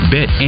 Bet